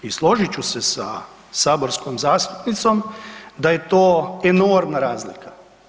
I složit ću se sa saborskom zastupnicom da je to enormna razlika.